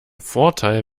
vorteil